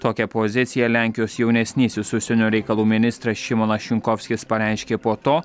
tokią poziciją lenkijos jaunesnysis užsienio reikalų ministras šimonas šinkovskis pareiškė po to